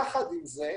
יחד עם זה,